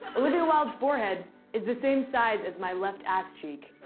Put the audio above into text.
olivia wilde's forehead is the same size as my left ass cheek.